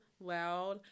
loud